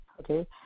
Okay